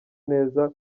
neza